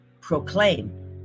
proclaim